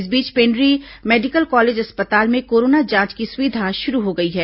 इस बीच Pendri medical college अस्पताल में कोरोना जांच की सुविधा शुरू हो गई है